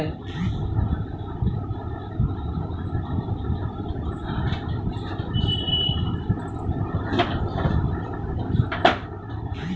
भारत मे पशुधन रो गणना तेजी से करी रहलो जाय छै